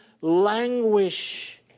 languish